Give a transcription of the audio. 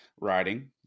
writing